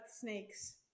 snakes